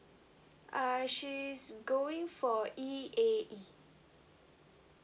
uh she's going for E_A_E